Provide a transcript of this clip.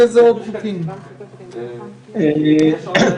איזה עוד